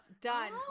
Done